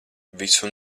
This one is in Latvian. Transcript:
visu